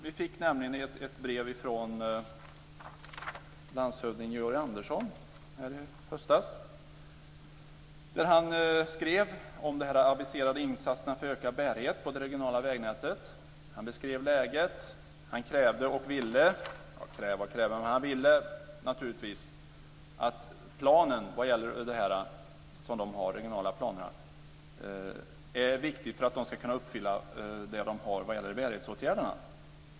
Vi fick ett brev från landshövding Georg Andersson i höstas. Där skrev han om de aviserade insatserna för ökad bärighet på det regionala vägnätet. Han beskrev läget och sade att de regionala planer som finns är viktiga för att de ska kunna uppfylla det mål de har när det gäller bärighetsåtgärderna.